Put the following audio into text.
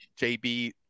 JB